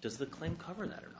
does the claim cover that or